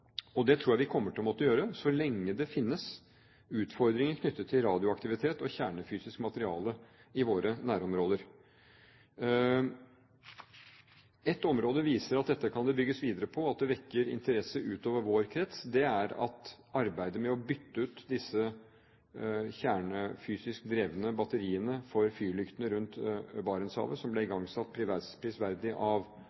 samarbeidet. Det tror jeg vi kommer til å måtte gjøre så lenge det finnes utfordringer knyttet til radioaktivitet og kjernefysisk materiale i våre nærområder. Ett område viser at dette kan det bygges videre på, og det vekker interesse utover vår krets. Det gjelder arbeidet med å bytte ut disse kjernefysisk drevne batteriene i fyrlyktene rundt Barentshavet som prisverdig ble